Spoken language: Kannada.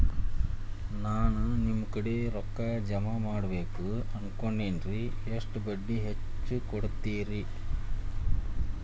ನಾ ನಿಮ್ಮ ಕಡೆ ರೊಕ್ಕ ಜಮಾ ಮಾಡಬೇಕು ಅನ್ಕೊಂಡೆನ್ರಿ, ಎಷ್ಟು ಬಡ್ಡಿ ಹಚ್ಚಿಕೊಡುತ್ತೇರಿ?